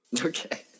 Okay